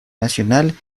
nacional